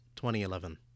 2011